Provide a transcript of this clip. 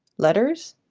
letters,